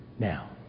Now